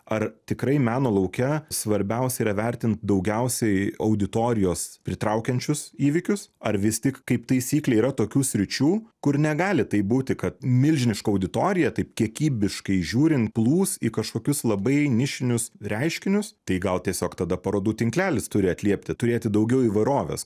ar tikrai meno lauke svarbiausia yra vertint daugiausiai auditorijos pritraukiančius įvykius ar vis tik kaip taisyklė yra tokių sričių kur negali taip būti kad milžiniška auditorija taip kiekybiškai žiūrint plūs į kažkokius labai nišinius reiškinius tai gal tiesiog tada parodų tinklelis turi atliepti turėti daugiau įvairovės